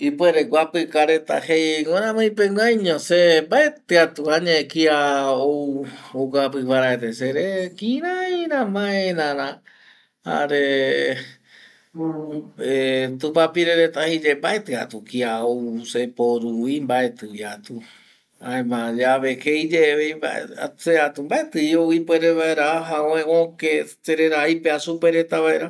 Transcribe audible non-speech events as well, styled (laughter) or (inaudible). Ipuere guapika reta jei miramii peguaiño se mbaeti atu añae kia ou oguapi paraete sere, kiraira, maera ra jare tupapire reta jei ye, mbaeti atu kia ou seporu vi mbaeti vi atu, jaema llave jei ye vi (hesitation) se atu mbaeti vi ipuere vaera aja avae oke serera aipea supe reta vaera